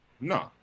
No